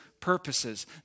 purposes